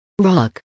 Rock